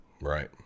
Right